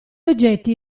oggetti